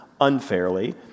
unfairly